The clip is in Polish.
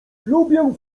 lubię